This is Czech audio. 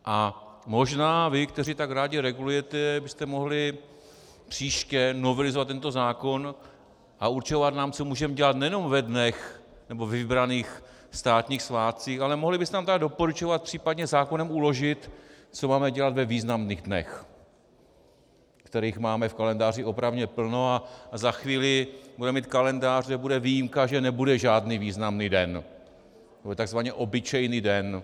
A možná vy, kteří tak rádi regulujete, byste mohli příště novelizovat tento zákon a určovat nám, co můžeme dělat nejenom ve dnech, nebo ve vybraných státních svátcích, ale mohli byste nám tedy doporučovat, případně zákonem uložit, co máme dělat ve významných dnech, kterých máme v kalendáři opravdu plno, a za chvíli budeme mít kalendář, kdy bude výjimka, že nebude žádný významný den, nebo takzvaně obyčejný den.